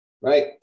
Right